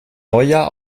neujahr